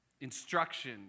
instruction